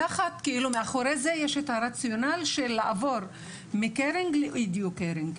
שמאחורי זה יש את הרציונל של לעבור מ- caring ל- educaring,